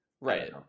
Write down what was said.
Right